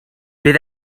bydd